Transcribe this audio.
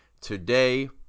today